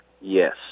Yes